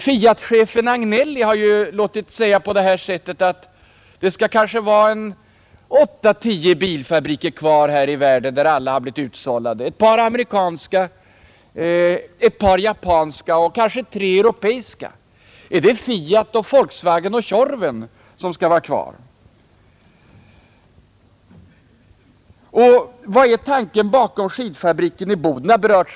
Fiatchefen Agnelli har låtit säga att det kanske kommer att finnas 8—10 bilfabriker kvar här i världen, när de andra har blivit utsållade — ett par amerikanska, ett par japanska och kanske tre europeiska. Är det Fiat, Volkswagen och Tjorven som skall vara kvar i Europa? Vad är tanken bakom skidfabriken i Boden?